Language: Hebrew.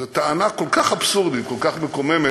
זאת טענה כל כך אבסורדית, כל כך מקוממת,